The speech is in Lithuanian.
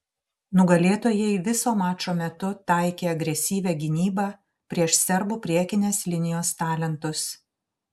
nugalėtojai viso mačo metu taikė agresyvią gynybą prieš serbų priekinės linijos talentus